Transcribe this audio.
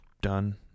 done